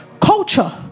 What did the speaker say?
culture